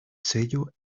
sello